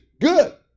good